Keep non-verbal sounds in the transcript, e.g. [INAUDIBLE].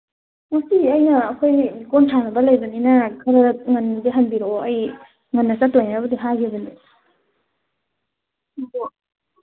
ꯉꯁꯤ ꯑꯩꯅ ꯑꯩꯈꯣꯏ ꯂꯤꯀꯣꯟ ꯁꯥꯟꯅꯕ ꯂꯩꯕꯅꯤꯅ ꯈꯔ ꯉꯟꯅꯗꯤ ꯍꯟꯕꯤꯔꯛꯑꯣ ꯑꯩ ꯉꯟꯅ ꯆꯠꯇꯣꯏꯅꯤꯕꯨꯗꯤ ꯍꯥꯏꯈꯤꯕꯅꯤ [UNINTELLIGIBLE]